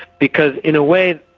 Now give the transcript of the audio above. because in a way,